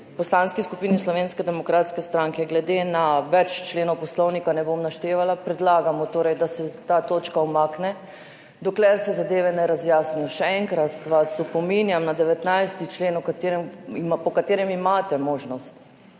Poslanski skupini Slovenske demokratske stranke glede na več členov poslovnika, ne bom naštevala, predlagamo torej, da se ta točka umakne. Dokler se zadeve ne razjasnijo. Še enkrat vas opominjam na 19. člen po katerem imate možnost